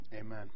Amen